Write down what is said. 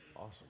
Awesome